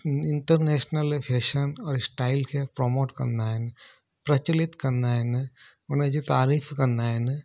international fashion style खे promote कंदा आहिनि प्रचलित कंदा आहिनि उन जी तारीफ़ कंदा आहिनि